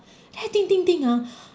I think think think ah